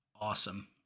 Awesome